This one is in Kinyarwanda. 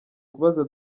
kubaza